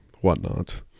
whatnot